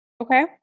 Okay